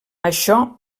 això